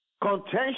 contention